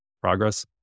progress